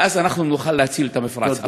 ואז אנחנו נוכל להציל את המפרץ.